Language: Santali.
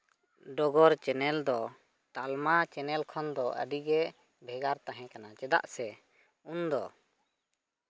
ᱰᱚᱜᱚᱨ ᱪᱮᱱᱮᱞ ᱫᱚ ᱛᱟᱞᱢᱟ ᱪᱮᱱᱮᱞ ᱠᱷᱚᱱᱫᱚ ᱟᱹᱰᱤᱜᱮ ᱵᱷᱮᱜᱟᱨ ᱛᱟᱦᱮᱸ ᱠᱟᱱᱟ ᱪᱮᱫᱟᱜ ᱥᱮ ᱩᱱᱫᱚ